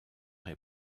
est